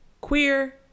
queer